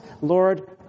Lord